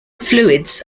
fluids